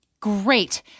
Great